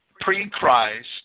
pre-Christ